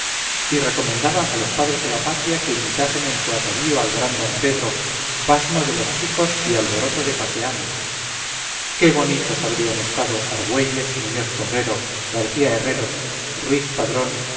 y recomendaba a los padres de la patria que imitasen en su atavío al gran d pedro pasmo de los chicos y alboroto de paseantes qué bonitos habrían estado argüelles muñoz torrero garcía herreros ruiz padrón